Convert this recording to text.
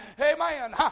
Amen